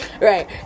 Right